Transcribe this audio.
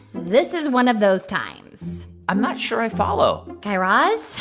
this is one of those times i'm not sure i follow guy raz,